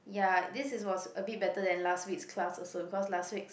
ya this is was a bit better than last week's class also because last week's